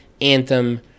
anthem